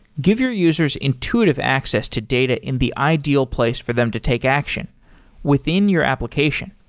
give your users intuitive access to data in the ideal place for them to take action within your application.